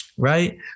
Right